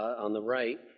on the right,